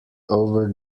over